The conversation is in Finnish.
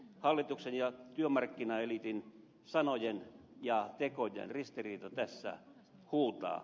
hallituksen ja työmarkkina eliitin sanojen ja tekojen ristiriita tässä huutaa